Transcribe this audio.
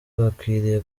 bakwiriye